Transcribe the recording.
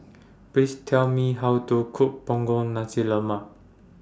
Please Tell Me How to Cook Punggol Nasi Lemak